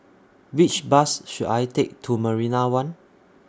Which Bus should I Take to Marina one